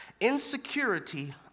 Insecurity